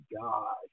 God